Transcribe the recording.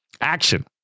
action